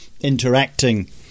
interacting